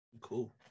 cool